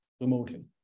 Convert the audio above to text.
remotely